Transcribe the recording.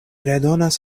redonas